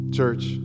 church